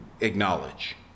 acknowledge